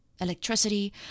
Electricity